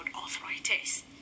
arthritis